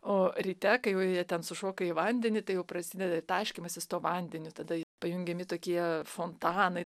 o ryte kai jau jie ten sušoka į vandenį tai jau prasideda taškymasis tuo vandeniu tada pajungiami tokie fontanai